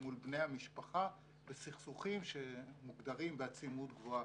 מול בני המשפחה בסכסוכים שמוגדרים בעצימות גבוהה,